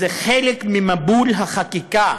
וזה חלק ממבול החקיקה